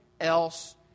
else